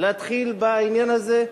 להתחיל בעניין הזה,